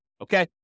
Okay